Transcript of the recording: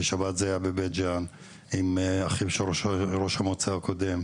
בשבת זה היה בבית ג'אן עם אחיו של ראש המועצה הקודם,